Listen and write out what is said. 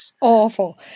awful